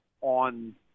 on